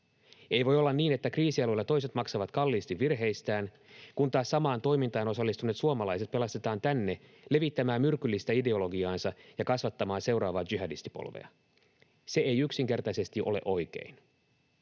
Ei voi olla niin, että kriisialueilla toiset maksavat kalliisti virheistään, kun taas samaan toimintaan osallistuneet suomalaiset pelastetaan tänne levittämään myrkyllistä ideologiaansa ja kasvattamaan seuraavaa jihadistipolvea. Se ei yksinkertaisesti ole oikein.